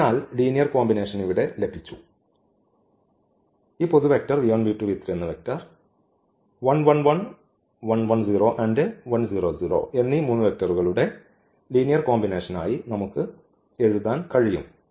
അതിനാൽ linear combination ഇവിടെ ലഭിച്ചു ഈ വെക്റ്റർ എന്നീ വെക്റ്ററുകളുടെ ലീനിയർ കോമ്പിനേഷനായി നമുക്ക് എഴുതാൻ കഴിയും